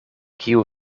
kiu